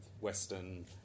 Western